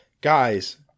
Guys